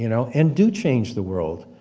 you know, and do change the world.